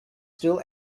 still